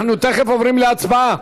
אנחנו תכף עוברים להצבעה.